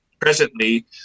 presently